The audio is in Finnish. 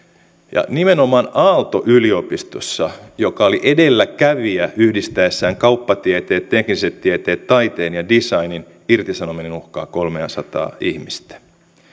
ja nimenomaan aalto yliopistossa joka oli edelläkävijä yhdistäessään kauppatieteet tekniset tieteet taiteen ja designin irtisanominen uhkaa kolmeasataa ihmistä